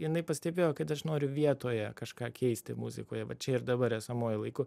jinai pastebėjo kad aš noriu vietoje kažką keisti muzikoje va čia ir dabar esamuoju laiku